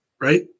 Right